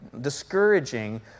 discouraging